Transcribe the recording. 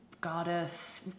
Goddess